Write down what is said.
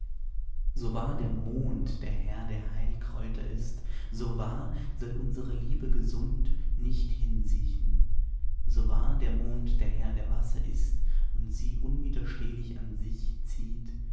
so wahr der mond der herr der heilkräuter ist so wahr soll unsere liebe gesunden nicht hinsiechen so wahr der mond der herr der wasser ist und sie unwiderstehlich an sich zieht